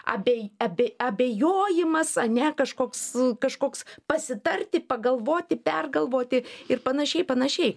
abei abi abejojimas ane kažkoks kažkoks pasitarti pagalvoti pergalvoti ir panašiai panašiai